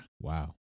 Wow